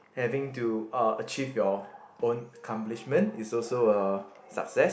having to uh achieve your own accomplishment is also a success